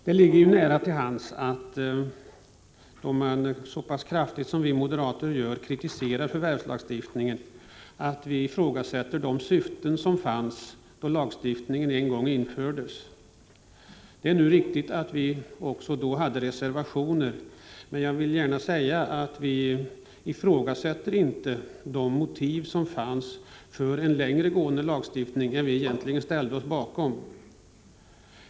Det ligger nära till hands att man, då man så pass kraftigt som vi moderater gör kritiserar förvärvslagstiftningen, också ifrågasätter de syften som fanns då lagstiftningen infördes. Det är riktigt att vi också då hade reservationer, men jag vill gärna säga att vi inte ifrågasätter de motiv som fanns för en längre gående lagstiftning än vi egentligen ställde oss bakom.